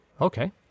Okay